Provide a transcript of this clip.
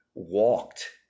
walked